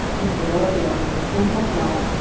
mr. warfield, and myself,